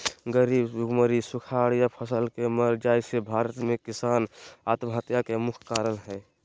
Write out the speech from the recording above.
गरीबी, भुखमरी, सुखाड़ या फसल के मर जाय से भारत में किसान आत्महत्या के मुख्य कारण हय